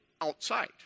outside